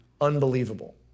Unbelievable